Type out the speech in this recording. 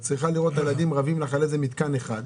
את צריכה לראות את הילדים רבים על איזה מתקן אחד.